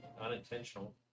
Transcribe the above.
Unintentional